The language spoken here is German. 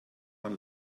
man